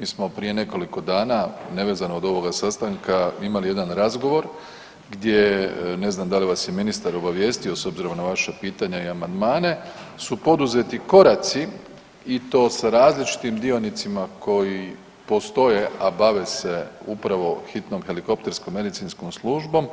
Mi smo prije nekoliko dana, nevezano od ovoga sastanka imali jedan razgovor gdje ne znam da li vas je ministar obavijestio s obzirom na vaša pitanja i amandmane su poduzeti koraci i to sa različitim dionicima koji postoje, a bave se upravo hitnom helikopterskom medicinskom službom